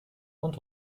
und